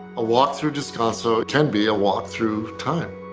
a walk through descanso, it can be a walk through time.